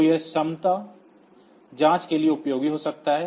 तो यह समता जाँच के लिए उपयोगी हो सकता है